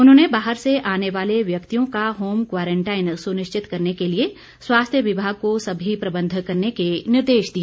उन्होंने बाहर से आने वाले व्यक्तियों का होम क्वारंटाइन सुनिश्चित करने के लिए स्वास्थ्य विभाग को सभी प्रबंध करने के निर्देश दिए